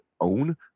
own